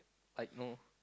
like you know